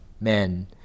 men